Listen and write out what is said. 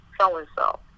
So-and-so